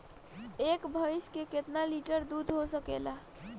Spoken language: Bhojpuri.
एक भइस से कितना लिटर दूध हो सकेला?